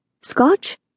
Scotch